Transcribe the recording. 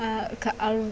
आ आ